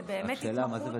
זו באמת התמחות.